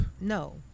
No